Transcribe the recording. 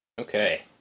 Okay